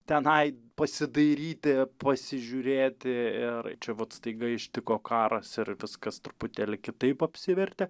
tenai pasidairyti pasižiūrėti ir čia vat staiga ištiko karas ir viskas truputėlį kitaip apsivertė